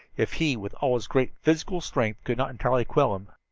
if he, with all his great physical strength, could not entirely quell him.